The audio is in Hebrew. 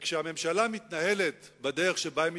וכשהממשלה מתנהלת בדרך שבה היא מתנהלת,